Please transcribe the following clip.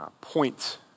point